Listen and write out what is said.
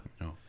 No